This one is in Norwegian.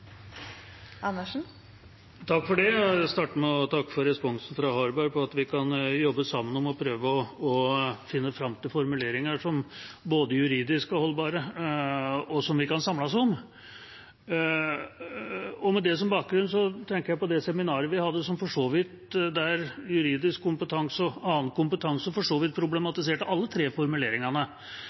Jeg vil starte med å takke for responsen fra representanten Harberg på at vi kan jobbe sammen om å prøve å finne fram til formuleringer som både er juridisk holdbare, og som vi kan samles om. Med det som bakgrunn tenker jeg på det seminaret vi hadde, der juridisk kompetanse – og annen kompetanse, for så vidt – problematiserte alle tre formuleringene,